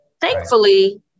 Thankfully